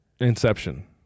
Inception